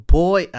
boy